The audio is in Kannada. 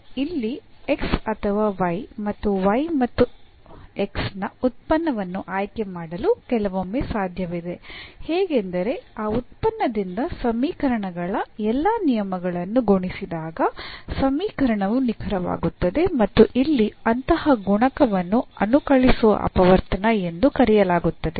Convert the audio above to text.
ಇಲ್ಲಿ x ಅಥವಾ y ಮತ್ತು x ಮತ್ತು y ನ ಉತ್ಪನ್ನವನ್ನು ಆಯ್ಕೆ ಮಾಡಲು ಕೆಲವೊಮ್ಮೆ ಸಾಧ್ಯವಿದೆ ಹೇಗೆಂದರೆ ಆ ಉತ್ಪನ್ನದಿಂದ ಸಮೀಕರಣಗಳ ಎಲ್ಲಾ ನಿಯಮಗಳನ್ನು ಗುಣಿಸಿದಾಗ ಸಮೀಕರಣವು ನಿಖರವಾಗುತ್ತದೆ ಮತ್ತು ಇಲ್ಲಿ ಅಂತಹ ಗುಣಕವನ್ನು ಅನುಕಲಿಸುವ ಅಪವರ್ತನ ಎಂದು ಕರೆಯಲಾಗುತ್ತದೆ